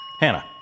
Hannah